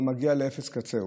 לא מגיע לאפס קצהו